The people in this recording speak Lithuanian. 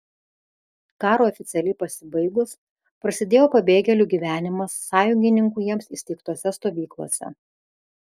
karui oficialiai pasibaigus prasidėjo pabėgėlių gyvenimas sąjungininkų jiems įsteigtose stovyklose